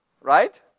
right